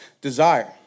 desire